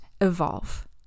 evolve